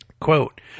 Quote